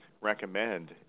recommend